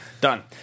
Done